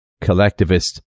collectivist